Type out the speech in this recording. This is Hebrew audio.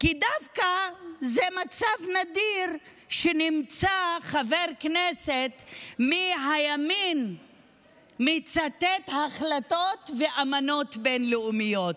כי זה דווקא מצב נדיר שחבר כנסת מהימין מצטט החלטות ואמנות בין-לאומיות.